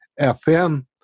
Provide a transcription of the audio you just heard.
FM